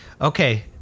Okay